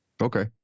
Okay